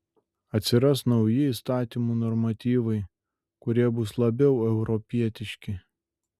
atsiras nauji įstatymų normatyvai kurie bus labiau europietiški